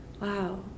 wow